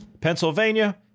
Pennsylvania